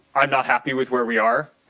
i'm not happy with where we are.